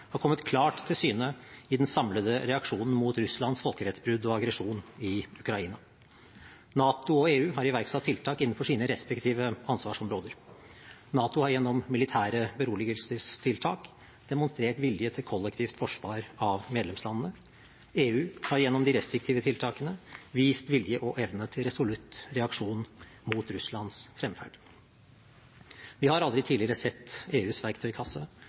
har kommet klart til syne i den samlede reaksjonen mot Russlands folkerettsbrudd og aggresjon i Ukraina. NATO og EU har iverksatt tiltak innenfor sine respektive ansvarsområder. NATO har gjennom militære beroligelsestiltak demonstrert vilje til kollektivt forsvar av medlemslandene. EU har gjennom de restriktive tiltakene vist vilje og evne til resolutt reaksjon mot Russlands fremferd. Vi har aldri tidligere sett EUs verktøykasse,